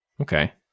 Okay